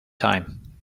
time